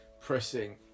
pressing